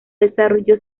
desarrolló